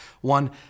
One